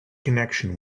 connection